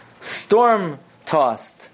storm-tossed